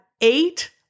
eight